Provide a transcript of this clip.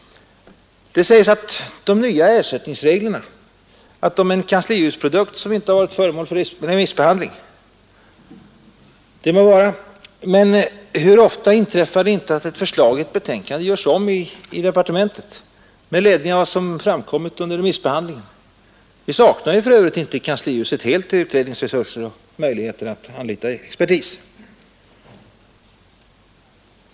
Det sägs att de nya ersättningsreglerna är en kanslihusprodukt, som inte varit föremål för remissbehandling. Det må så vara, men hur ofta inträffar det inte att förslag i ett betänkande görs om i departementet med ledning av vad som framkommit under remissbehandlingen? För övrigt saknar kanslihuset inte helt egna utredningsresurser och möjligheter att anlita expertis.